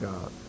God